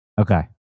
Okay